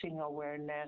awareness